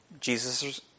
Jesus